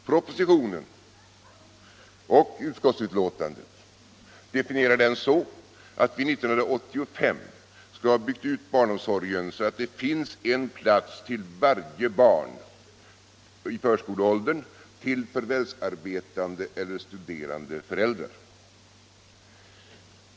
Propositionen och utskottsbetänkandet definierar den så. att vi 1985 skall ha byggt ut barnomsorgen så att det finns en plats till varje barn i förskoleåldern till förvärvsarbetande eller studerande föräldrar.